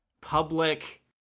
public